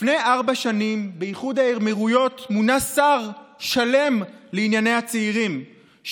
לפני ארבע שנים באיחוד האמירויות מונה שר שלם לענייני הצעירים,